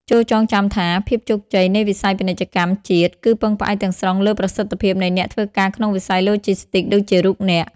ចូរចងចាំថា ភាពជោគជ័យនៃវិស័យពាណិជ្ជកម្មជាតិ គឺពឹងផ្អែកទាំងស្រុងលើប្រសិទ្ធភាពនៃអ្នកធ្វើការក្នុងវិស័យឡូជីស្ទីកដូចជារូបអ្នក។